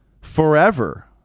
forever